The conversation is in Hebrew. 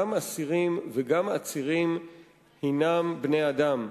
גם אסירים וגם עצירים הינם בני-אדם.